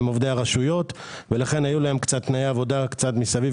הם עובדי הרשויות ולכן היו להן תנאי עבודה מסביב